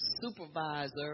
supervisor